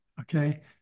okay